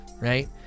right